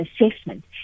assessment